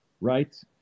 right